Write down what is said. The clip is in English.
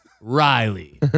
Riley